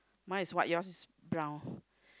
mine is white yours is brown